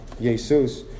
Jesus